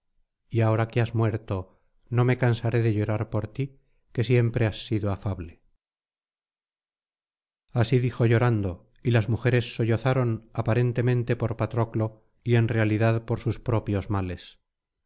y ahora que has muerto no me cansaré de llorar por ti que siempre has sido afable así dijo llorando y las mujeres sollozaron aparentemente por patroclo y en realidad por sus propios males